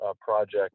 project